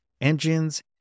engines